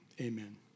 Amen